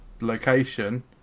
location